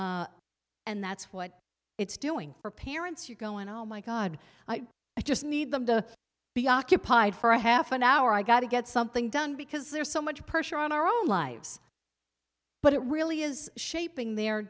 make and that's what it's doing for parents you go in oh my god i just need them to be occupied for a half an hour i got to get something done because there's so much pressure on our own lives but it really is shaping their